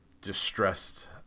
distressed